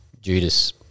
Judas